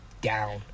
down